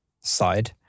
side